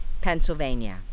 Pennsylvania